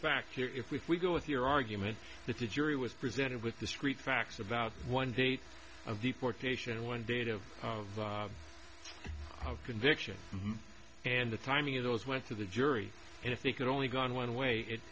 here if we if we go with your argument that the jury was presented with discrete facts about one date of deportation and one date of of conviction and the timing of those went to the jury and if they could only gone one way it